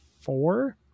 four